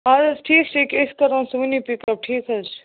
آد حظ ٹھیٖک چھُ ییٚکیٛاہ أسۍ کَرون سُہ وٕنی پِکَپ ٹھیٖک حظ چھِ